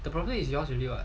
the problem is yours already [what]